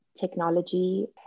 technology